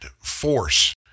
force